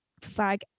fag